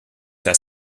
das